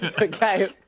Okay